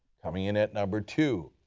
coming in at number two,